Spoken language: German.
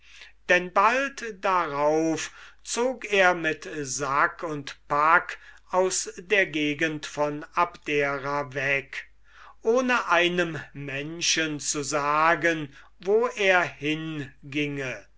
denn bald darauf zog er mit sack und pack aus der gegend von abdera weg ohne einem menschen zu sagen wo er